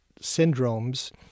syndromes